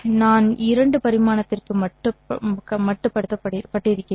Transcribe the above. நான் 2 பரிமாணத்திற்கு மட்டுப்படுத்தப்பட்டிருக்கிறேன்